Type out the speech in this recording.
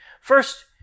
First